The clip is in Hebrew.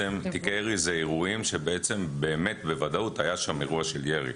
אלה אירועים שבאמת בוודאות היה שם אירוע ירי.